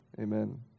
amen